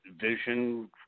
vision